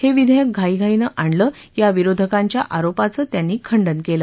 हे विधेयक घाईघाईनं आणलं या विरोधकांच्या आरोपाचं त्यांनी खंडन केलं